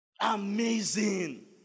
Amazing